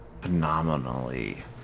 phenomenally